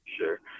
Sure